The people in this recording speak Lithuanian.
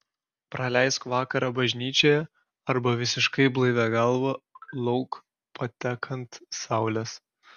praleisk vakarą bažnyčioje arba visiškai blaivia galva lauk patekant saulės